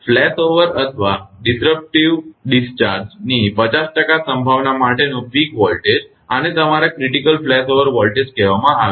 flashover અથવા disruptive ડિસ્ચાર્જની 50 ટકા સંભાવના માટેનો પીક વોલ્ટેજ આને તમારા ક્રિટિકલ ફ્લેશઓવર વોલ્ટેજ કહેવામાં આવે છે